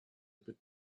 bit